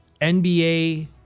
NBA